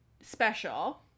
special